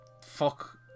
Fuck